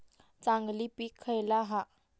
चांगली पीक खयला हा?